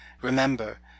Remember